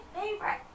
favorite